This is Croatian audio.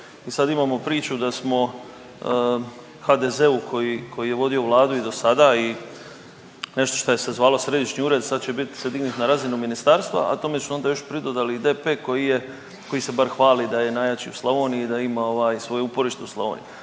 i sad imamo priču da smo HDZ-u koji, koji je vodio Vladu i dosada i nešto šta se je zvalo središnji ured sad će bit, se dignit na razinu ministarstva, a tome su onda još pridodali i DP koji je, koji se bar hvali da je najjači u Slavoniji i da ima ovaj svoje uporište u Slavoniji.